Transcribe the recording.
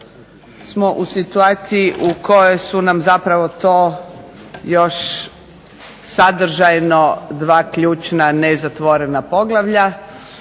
smo u situaciji u kojoj su nam zapravo to još sadržajno dva ključna nezatvorena poglavlja.